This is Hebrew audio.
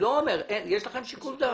יש לכם שיקול דעת.